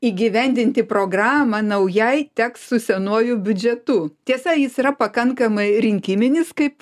įgyvendinti programą naujai teks su senuoju biudžetu tiesa jis yra pakankamai rinkiminis kaip